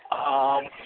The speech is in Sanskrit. आम्